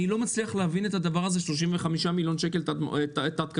אני לא מצליח להבין את הדבר הזה: 35 מיליון שקל על תת קרקעי.